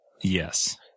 Yes